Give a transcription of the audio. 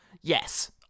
Yes